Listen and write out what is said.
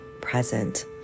present